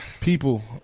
People